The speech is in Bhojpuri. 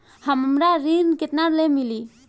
हमरा ऋण केतना ले मिली?